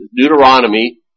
Deuteronomy